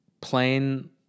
plain